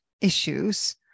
issues